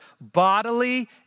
bodily